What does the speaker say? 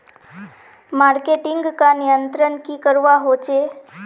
Marketing का नियंत्रण की करवा होचे?